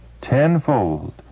tenfold